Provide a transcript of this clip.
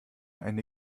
eine